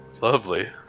Lovely